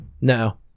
No